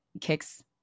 kicks